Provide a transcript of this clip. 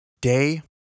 Day